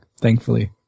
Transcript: thankfully